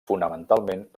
fonamentalment